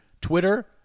Twitter